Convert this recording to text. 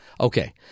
Okay